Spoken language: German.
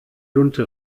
lunte